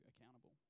accountable